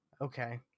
Okay